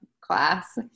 class